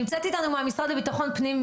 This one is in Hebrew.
נמצאת איתנו מורן מהמשרד לביטחון פנים?